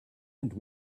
and